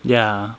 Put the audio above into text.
ya